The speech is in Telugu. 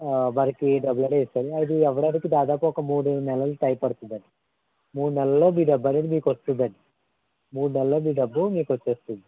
ఆ మనకి డబ్బులు అనేవి ఇస్తారు అవి అవ్వడానికి దాదాపు మూడు నెలల టైం పడుతుందండి మూడు నెలల్లో మీ డబ్బు అనేది మీకు వస్తుందండి మూడు నెలల్లో మీ డబ్బు మీకు వచ్చేస్తుంది